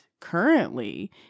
currently